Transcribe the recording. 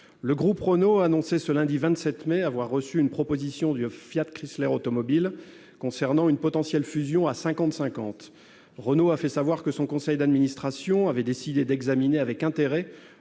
Le groupe Renault a annoncé, ce lundi 27 mai, avoir reçu une proposition de Fiat Chrysler Automobiles, FCA, concernant une potentielle fusion à parité. Renault a fait savoir que son conseil d'administration avait décidé d'examiner avec intérêt